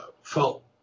felt